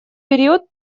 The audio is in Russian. период